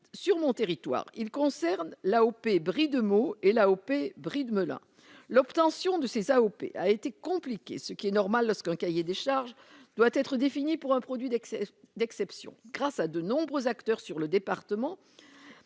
sur mon territoire, il concerne l'AOP Brie de Meaux et l'AOP Brie de Melun l'obtention de ces AOP a été compliqué, ce qui est normal lorsqu'un cahier des charges doit être défini pour un produit d'excès d'exception grâce à de nombreux acteurs sur le département,